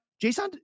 Jason